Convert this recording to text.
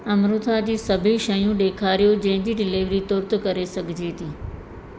अम्रुथा जूं सभई शयूं ॾेखारियो जिन जी डिलीवरी तुर्त करे सघिजे थी